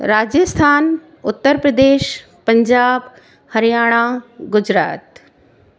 Rajasthan Uttar Pradesh Punjab Haryana Gujarat